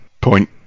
point